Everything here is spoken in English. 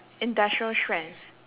industrial strength